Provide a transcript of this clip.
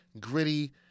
gritty